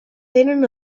tenen